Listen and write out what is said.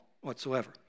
whatsoever